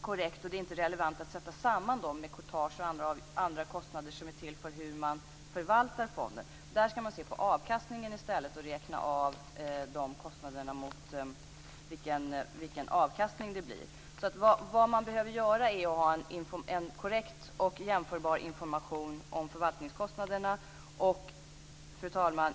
korrekt och inte relevant att sätta samman dem med courtage och andra kostnader som är till för förvaltningen av fonden. Där skall man i stället se på avkastningen och räkna av de kostnaderna mot den avkastning som det blir. Vad som behövs är alltså en korrekt och jämförbar information om förvaltningskostnaderna. Fru talman!